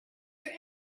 your